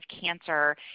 cancer